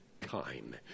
time